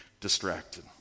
distracted